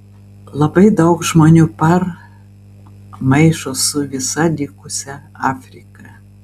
labai daug žmonių par maišo su visa likusia afrika